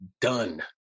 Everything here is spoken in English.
done